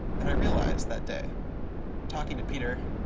and i realized that day talking to peter,